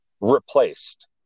replaced